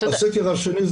הסקר השני,